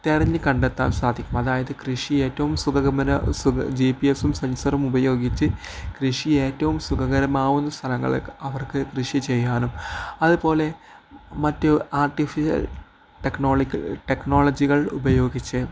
തിരഞ്ഞ് കണ്ടെത്താൻ സാധിക്കും അതായത് കൃഷി ഏറ്റവും ജി പി എസ്സും സെൻസറും ഉപയോഗിച്ച് കൃഷി ഏറ്റവും സുഗമമാകുന്ന സ്ഥലങ്ങള് അവർക്ക് കൃഷി ചെയ്യാനും അതുപോലെ മറ്റ് ആർട്ടിഫിഷ്യൽ ടെക്നോളജികൾ ഉപയോഗിച്ച്